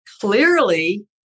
Clearly